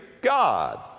God